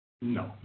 No